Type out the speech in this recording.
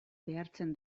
behartzen